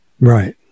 Right